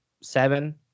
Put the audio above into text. seven